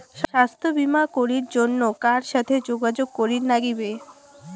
স্বাস্থ্য বিমা করির জন্যে কার সাথে যোগাযোগ করির নাগিবে?